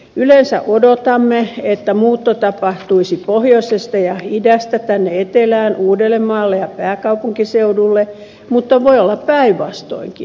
yleensä odotamme että muutto tapahtuisi pohjoisesta ja idästä tänne etelään uudellemaalle ja pääkaupunkiseudulle mutta voi olla päinvastoinkin